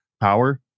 power